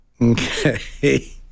Okay